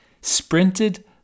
sprinted